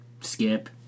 skip